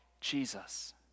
Jesus